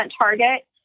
target